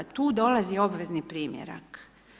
Tu dolazi obvezni primjerak.